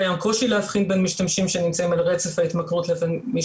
קיים קושי להבחין בין משתמשים שנמצאים על הרצף ההתמכרות לבין מי